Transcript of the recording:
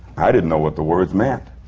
i didn't know what the words meant.